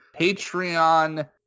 Patreon